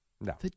No